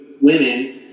women